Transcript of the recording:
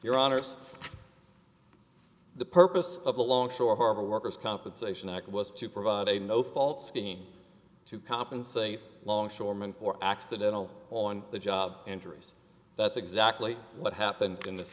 your honor's the purpose of a long shore harbor worker's compensation act was to provide a no fault scheme to compensate longshoreman for accidental on the job injuries that's exactly what happened in this